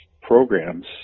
programs